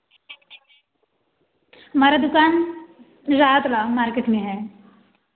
हमारा दुकान रातला मार्केट में है